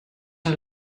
een